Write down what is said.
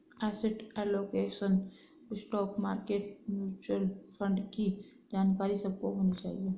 asset allocation, stock market, mutual fund की जानकारी सबको होनी चाहिए